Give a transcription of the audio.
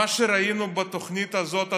מה שראינו בתוכנית הזאת,